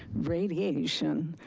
radiation,